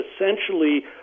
essentially